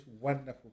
wonderful